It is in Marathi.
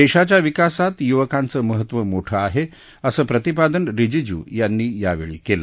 देशाच्या विकासात युवकांचं महत्त्व मोठं आहे असं प्रतिपादन रिजीजू यांनी यावेळी केलं